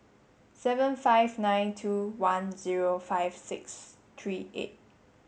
seven five nine two one zero five six three eight